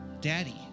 daddy